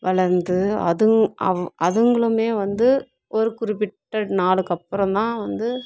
வளர்ந்து அதுவும் அவ் அதுங்களுமே வந்து ஒரு குறிப்பிட்ட நாளுக்கு அப்புறம் தான் வந்து